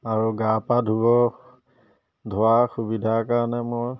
আৰু গা পা ধুব ধোৱা সুবিধাৰ কাৰণে মই